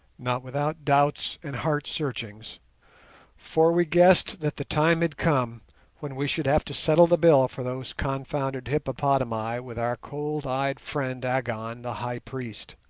not without doubts and heart-searchings for we guessed that the time had come when we should have to settle the bill for those confounded hippopotami with our cold-eyed friend agon, the high priest.